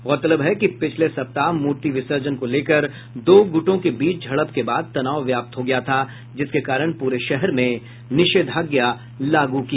गौरतलब है कि पिछले सप्ताह मूर्ति विसर्जन को लेकर दो गूटों के बीच झड़प के बाद तनाव व्याप्त हो गया था जिसके कारण पूरे शहर में निषेधाज्ञा लागू है